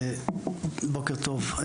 בוקר טוב,